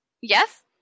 Yes